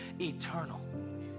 eternal